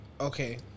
Okay